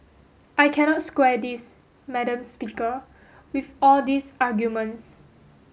I cannot square this madam speaker with all these arguments